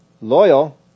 loyal